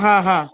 હં હં